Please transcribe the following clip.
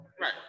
Right